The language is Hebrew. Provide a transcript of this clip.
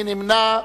מי נמנע?